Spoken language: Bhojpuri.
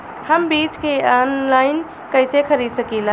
हम बीज के आनलाइन कइसे खरीद सकीला?